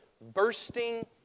bursting